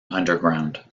underground